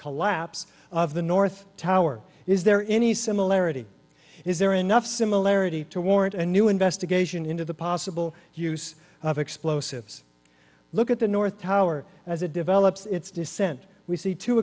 collapse of the north tower is there any similarity is there enough similarity to warrant a new investigation into the possible use of explosives look at the north tower as it develops its descent we see two